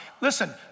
Listen